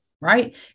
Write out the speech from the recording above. right